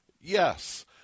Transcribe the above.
yes